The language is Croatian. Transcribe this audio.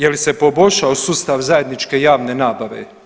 Je li se poboljšao sustav zajedničke javne nabave?